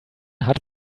hat